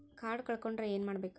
Card ಕಳ್ಕೊಂಡ್ರ ಏನ್ ಮಾಡಬೇಕು?